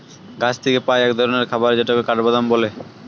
গাছ থিকে পাই এক ধরণের খাবার যেটাকে কাঠবাদাম বলে